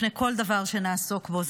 לפני כל דבר שנעסוק בו,